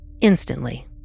instantly